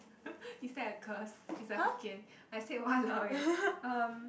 is that a curse it's like Hokkien I said !walao! eh um